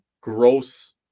gross